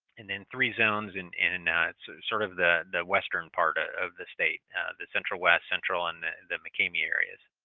and then three zones in in and so sort of the the western part ah of the state the central west, central, and the mccamey areas.